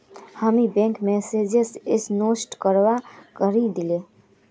हामी bank manager स NEFT करवा कहइ दिले